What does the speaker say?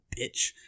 bitch